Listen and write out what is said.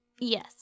Yes